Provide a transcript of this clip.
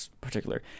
particular